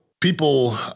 people